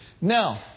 Now